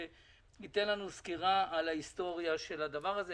שייתן לנו סקירה על ההיסטוריה של הדבר הזה,